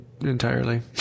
entirely